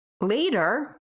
later